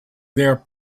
their